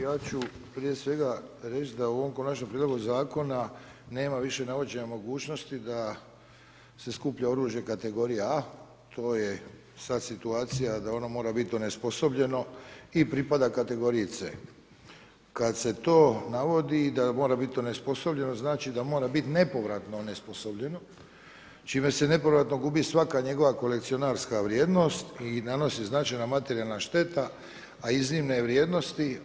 Ja ću prije svega reći da u ovom Konačnom prijedlogu zakona nema više navođenja mogućnosti da se skuplja oružje kategorija A. To je sada situacija da ono mora biti onesposobljeno i pripada kategoriji C. Kada se to navodi da mora biti onesposobljeno, znači da mora biti nepovratno onesposobljeno čime se nepovratno gubi svaka njegova kolekcionarska vrijednost i nanosi značajna materijalna šteta a iznimne je vrijednosti.